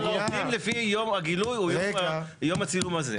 הם עובדים לפי יום הגילוי הוא יום הצילום הזה.